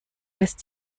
lässt